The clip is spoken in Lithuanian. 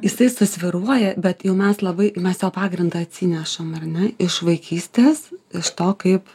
jisai susvyruoja bet jau mes labai mes jo pagrindą atsinešam ar ne iš vaikystės iš to kaip